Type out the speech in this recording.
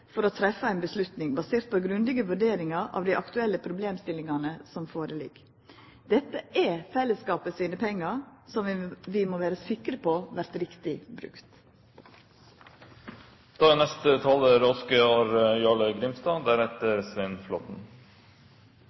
for å ta ei avgjerd, basert på grundige vurderingar av dei aktuelle problemstillingane som ligg føre. Dette er fellesskapen sine pengar, som vi må vera sikre på vert riktig